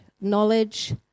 Knowledge